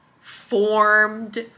formed